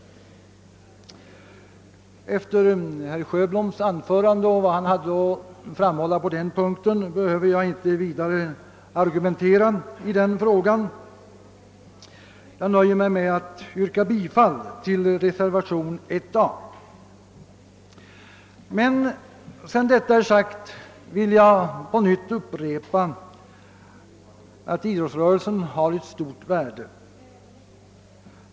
Efter herr Sjöholms anförande behöver jag inte ytterligare argumentera i den frågan utan kan inskränka mig till att yrka bifall till reservationen 1 a. Men sedan jag sagt detta vill jag upprepa att idrottsrörelsen har ett stort värde.